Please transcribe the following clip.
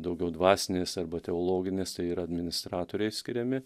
daugiau dvasinis arba teologinis tai yra administratoriai skiriami